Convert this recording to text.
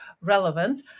relevant